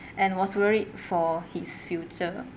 and was worried for his future